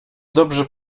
dobrze